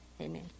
Amen